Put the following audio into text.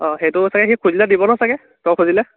অঁ সেইটো চাগৈ সি খুজিলে দিব নহয় চাগে তই খুজিলে